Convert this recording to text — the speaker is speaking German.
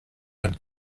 hat